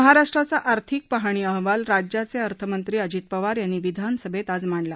महाराष्ट्राचा आर्थिक पाहणी अहवाल राज्याचे अर्थमंत्री अजित पवार यांनी विधानसभेत आज मांडला